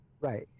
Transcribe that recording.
right